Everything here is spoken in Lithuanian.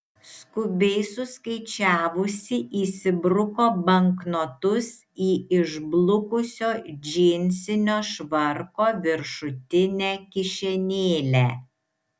skubiai suskaičiavusi įsibruko banknotus į išblukusio džinsinio švarko viršutinę kišenėlę